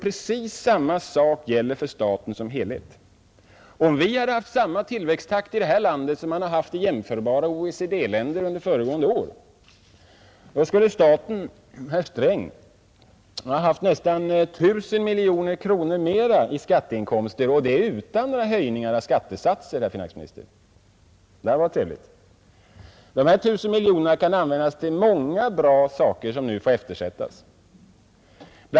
Precis detsamma gäller för staten som helhet. Om vi hade haft samma tillväxttakt i vårt land som man haft i jämförbara OECD-l.nder under föregående år, skulle staten, herr Sträng, ha haft nästan 1 000 miljoner kronor mer i skatteinkomster, och det utan höjningar av skattesatsen, herr finansminister. Det hade varit trevligt. De 1 000 miljonerna skulle kunna användas till många bra ändamål, som nu får eftersättas. Bl.